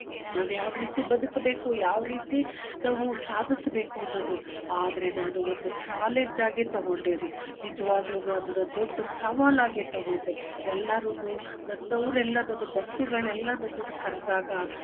ನಾವು ಯಾವ ರೀತಿ ಬದುಕ್ಬೇಕು ಯಾವ್ ರೀತಿ ನಾವು ಸಾಧಿಸ್ಬೇಕು ಅನ್ನೋದು ಆದರೆ ನಾನು ಒಂದು ಚಾಲೆಂಜಾಗಿ ತೊಗೊಂಡೆ ರೀ ನಿಜ್ವಾಗ್ಲೂ ಅದನ್ನ ದೊಡ್ಡ ಸವಾಲಾಗಿ ತೊಗೊಂಡೆ ಎಲ್ಲಾರೂ ನನ್ನವರು ಎಲ್ಲ ಬಂಧುಗಳೆಲ್ಲಾ ನನ್ನನ್ನು ಕರೆದಾಗ